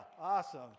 awesome